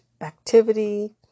activity